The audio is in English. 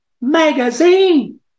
magazine